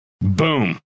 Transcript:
Boom